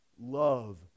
love